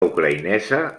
ucraïnesa